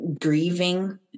grieving